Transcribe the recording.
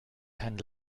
keinen